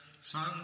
sun